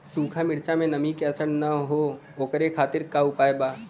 सूखा मिर्चा में नमी के असर न हो ओकरे खातीर का उपाय बा?